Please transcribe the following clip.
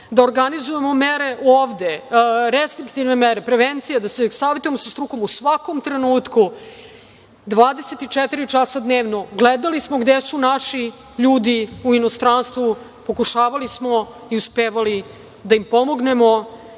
da organizujemo ovde restriktivne mere, prevenciju, da se savetujemo sa strukom. U svakom trenutku, 24 časa dnevno, gledali smo gde su naši ljudi u inostranstvu, pokušavali smo i uspevali da im pomognemo,